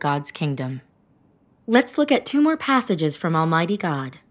god's kingdom let's look at two more passages from almighty god